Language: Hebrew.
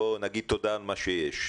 בוא נגיד תודה על מה שיש.